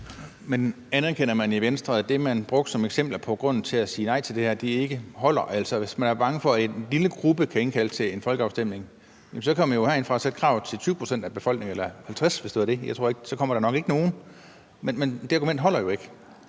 Men anerkender man i Venstre, at det, man brugte som eksempler på grunden til at sige nej til det her, ikke holder? Altså, hvis man er bange for, at en lille gruppe kan indkalde til en folkeafstemning, kan man jo herindefra sætte krav til, at det skal være 20 pct. af befolkningen eller 50 pct., hvis det var det, men så kommer der nok ikke nogen. Det argument holder jo ikke.